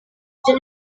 ibyo